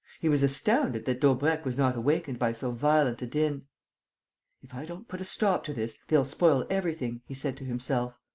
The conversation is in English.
he was astounded that daubrecq was not awakened by so violent a din if i don't put a stop to this, they'll spoil everything, he said to himself.